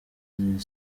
rwanda